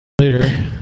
later